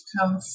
come